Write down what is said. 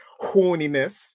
horniness